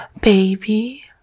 baby